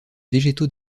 végétaux